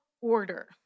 order